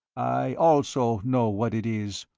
i, also, know what it is.